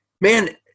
man